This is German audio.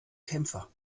kämpfer